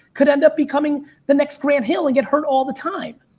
could end up becoming the next graham hill and get hurt all the time.